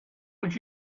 would